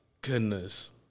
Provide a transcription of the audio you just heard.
goodness